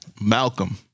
Malcolm